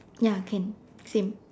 ya can same